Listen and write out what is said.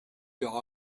aura